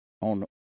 on